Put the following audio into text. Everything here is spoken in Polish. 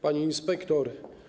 Pani Inspektor!